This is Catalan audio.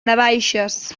navaixes